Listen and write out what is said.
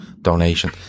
donation